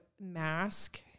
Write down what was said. mask